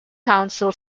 council